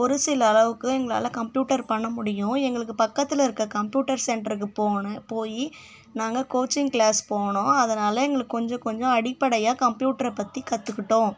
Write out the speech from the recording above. ஒரு சில அளவுக்கு எங்களால் கம்ப்யூட்டர் பண்ண முடியும் எங்களுக்கு பக்கத்தில் இருக்கிற கம்ப்யூட்டர் சென்டருக்கு போனேன் போய் நாங்கள் கோச்சிங் கிளாஸ் போனோம் அதனால் எங்களுக்கு கொஞ்சம் கொஞ்சம் அடிப்படையாக கம்ப்யூட்டர் பற்றி கற்றுக்கிட்டோம்